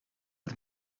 het